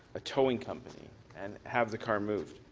a towing company and have the car moved.